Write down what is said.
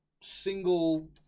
single